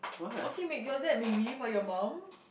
okay mate your dad maybe but your mum